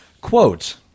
Quote